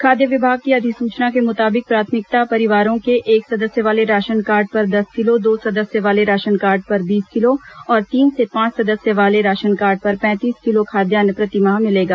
खाद्य विभाग की अधिसूचना के मुताबिक प्राथमिकता परिवारों के एक सदस्य वाले राशन कार्ड पर दस किलो दो सदस्य वाले राशनकार्ड पर बीस किलो और तीन से पांच सदस्य वाले राशनकार्ड पर पैंतीस किलो खाद्यान्न प्रतिमाह मिलेगा